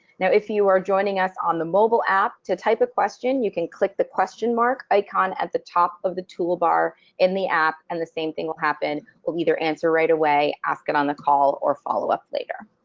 now if you are joining us on the mobile app, to type a question you can click the question mark icon at the top of the toolbar in the app and the same thing will happen, we'll either answer right, away ask it on the call, or follow up later.